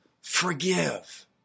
forgive